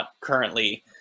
currently